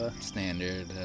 standard